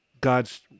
God's